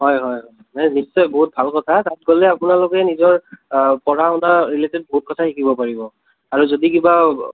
হয় হয় নিশ্চয় বহুত ভাল কথা তাত গ'লে আপোনালোকে নিজৰ পঢ়া শুনা ৰিলেটেট বহুত কথাই শিকিব পাৰিব আৰু যদি কিবা